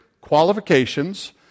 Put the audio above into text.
qualifications